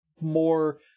more